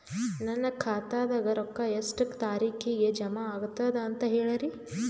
ನನ್ನ ಖಾತಾದಾಗ ರೊಕ್ಕ ಎಷ್ಟ ತಾರೀಖಿಗೆ ಜಮಾ ಆಗತದ ದ ಅಂತ ಹೇಳರಿ?